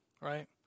right